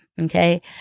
Okay